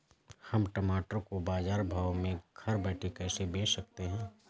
हम टमाटर को बाजार भाव में घर बैठे कैसे बेच सकते हैं?